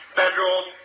Federal